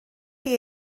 chi